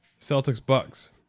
Celtics-Bucks